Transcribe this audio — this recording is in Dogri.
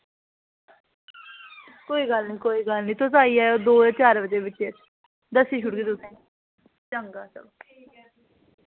कोई गल्ल निं कोई गल्ल निं तुस आई जाएओ दो ते चार बजे बिच दस्सी ओड़गी तुसें चंगा चंगा